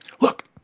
Look